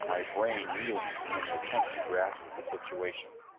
my brain reeling in an attempt to grasp the situation.